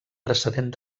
procedent